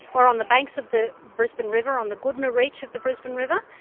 we're on the banks of the brisbane river, on the goodna reach of the brisbane river,